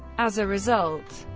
as a result,